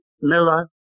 Miller